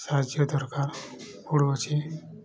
ସାହାଯ୍ୟ ଦରକାର ପଡ଼ୁଅଛି